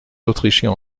autrichiens